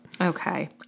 Okay